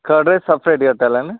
curd rice separate కట్టాలండి